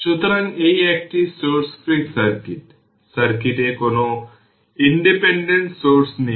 সুতরাং এখানে r একটি সাধারণ সার্কিট একটি প্যারালাল সিরিজ সার্কিট